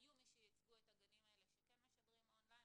היו כאלה שייצגו את הגנים האלה שמשדרים on line,